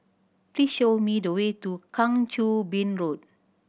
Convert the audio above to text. please show me the way to Kang Choo Bin Road